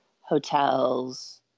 hotels